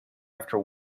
after